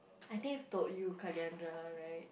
I think I've told you Kaliandra right